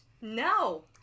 no